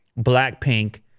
Blackpink